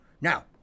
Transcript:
Now